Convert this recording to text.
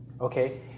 Okay